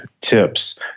tips